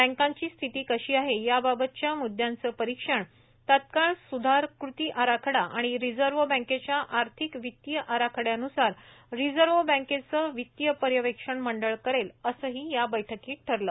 बँकांची स्थिती कशी आहे याबाबतच्या मुद्दयांचं परीक्षण तत्काळ सुधार कृती आराखडा आणि रिझर्व्ह बँकेच्या आर्थिक वित्तीय आराखड्यान्सार रिझर्व्ह बँकेचं वित्तीय पर्यवेक्षण मंडळ करेल असंही या बैठकीत ठरलं